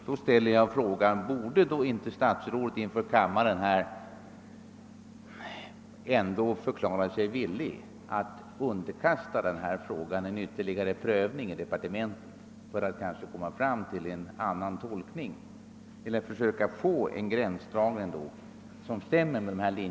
Då ställer jag frågan: Borde ändå inte statsrådet inför kammaren förklara sig villig att underkasta denna fråga ytterligare prövning i departementet för att kanske komma fram till en annan gränsdragning?